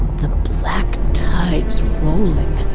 the black tide's rolling,